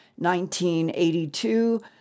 1982